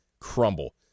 crumble